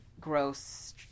gross